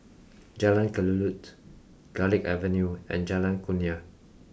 Jalan Kelulut Garlick Avenue and Jalan Kurnia